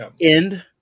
end